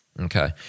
Okay